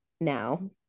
now